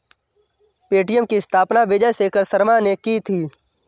Paytm की स्थापना विजय शेखर शर्मा ने की थी